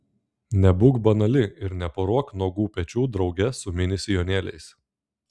nebūk banali ir neporuok nuogų pečių drauge su mini sijonėliais